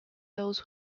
those